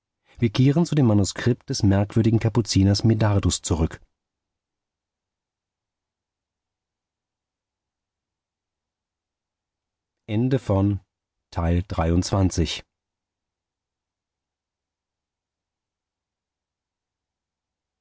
wir kehren zu dem manuskript des merkwürdigen kapuziners medardus zurück